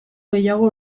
gehiago